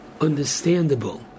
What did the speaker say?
understandable